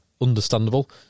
understandable